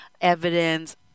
evidence